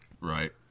Right